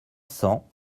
cents